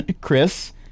Chris